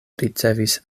ricevis